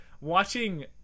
watching